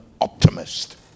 optimist